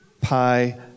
Pi